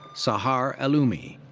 sahar elloumi.